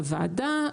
לוועדה,